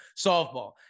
softball